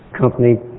company